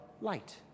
light